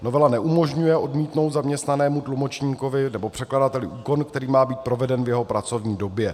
Novela neumožňuje odmítnout zaměstnanému tlumočníkovi nebo překladateli úkon, který má být proveden v jeho pracovní době.